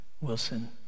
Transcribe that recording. Wilson